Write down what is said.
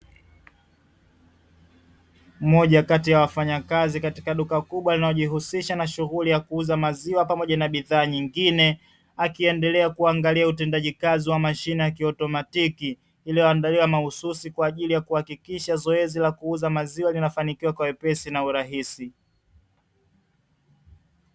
Moja kati ya wafanyakazi, katika duka kubwa linalojihusisha na shughuli ya kuuza maziwa pamoja na bidhaa nyingine, akiendelea kuangalia utendaji kazi wa mashine ya kiotomatiki iliyoandaliwa mahususi kwa ajili ya kuhakikisha zoezi la kuuza maziwa linafanikiwa kwa wepesi na urahisi.